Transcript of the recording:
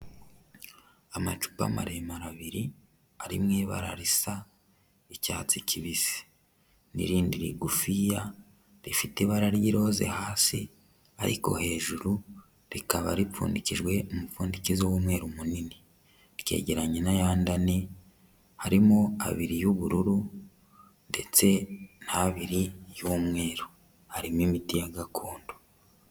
Amacupa maremare abiri, ari mu ibara risa icyatsi kibisi n'irindi rigufiya rifite ibara ry'iroze hasi ariko hejuru rikaba ripfundikijwe umupfundikizo w'umweru munini, ryegeranye n'ayandi ane, harimo abiri y'ubururu ndetse n'abiri y'umweru, harimo imiti ya gakondo.